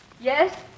Yes